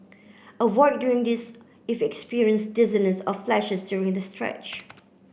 avoid doing this if you experience dizziness or flashes during the stretch